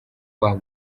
rwa